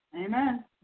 Amen